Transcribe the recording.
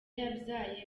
yabyaye